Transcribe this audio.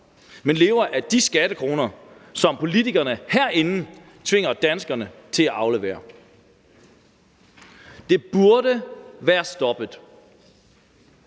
men lever af de skattekroner, som politikerne herinde tvinger danskerne til at aflevere. Det burde være stoppet,